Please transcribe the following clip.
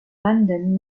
london